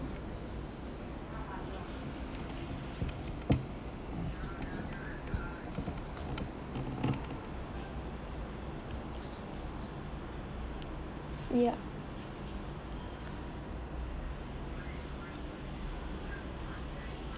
ya